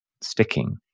sticking